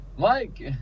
Mike